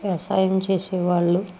వ్యవసాయం చేసేవాళ్ళు